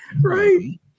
Right